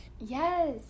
Yes